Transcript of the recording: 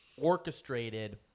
orchestrated